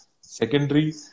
Secondary